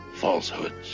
Falsehoods